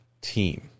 team